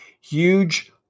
huge